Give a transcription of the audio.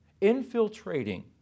infiltrating